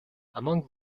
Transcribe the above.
among